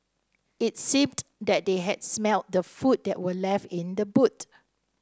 it seemed that they had smelt the food that were left in the boot